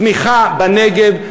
צמיחה בנגב,